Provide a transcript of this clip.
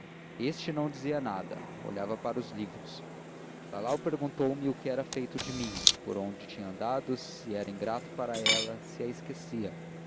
este não dizia nada olhava para os livros lalau perguntou-me o que era feito de mim por onde tinha andado se era ingrato para ela se esquecia